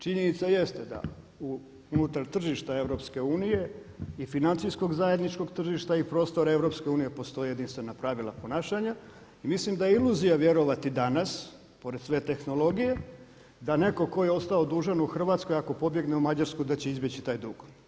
Činjenica jeste da unutar tržišta EU i financijskog zajedničkog tržišta i prostora EU postoje jedinstvena pravila ponašanja i mislim da je iluzija vjerovati danas pored sve tehnologije da netko tko je ostao dužan u Hrvatskoj ako pobjegne u Mađarsku da će izbjeći taj dug.